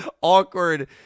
awkward